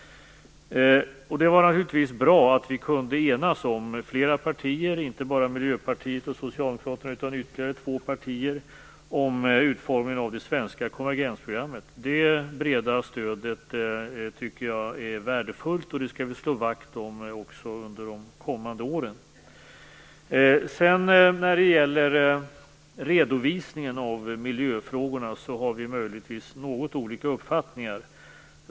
Det var naturligtvis bra att inte bara Miljöpartiet och Socialdemokraterna utan ytterligare två partier kunde enas om utformningen av det svenska konvergensprogrammet. Det breda stödet tycker jag är värdefullt, och det skall vi slå vakt om också under de kommande åren. När det gäller redovisningen av miljöfrågorna har vi möjligtvis något olika uppfattningar.